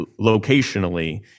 locationally